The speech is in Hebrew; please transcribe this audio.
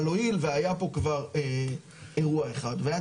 אבל הואיל והיה פה כבר אירוע אחד והיה